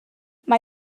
mae